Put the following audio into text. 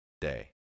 day